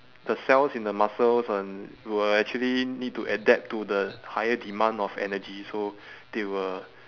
the cells in the muscles uh n~ will actually need to adapt to the higher demand of energy so they will